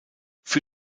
für